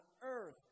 earth